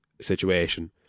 situation